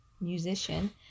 musician